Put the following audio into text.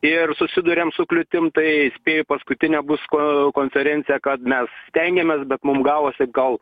ir susiduriam su kliūtim tai spėju paskutinė bus ko konferencija kad mes stengiamės bet mums gavosi gal